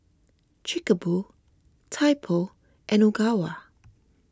Chic A Boo Typo and Ogawa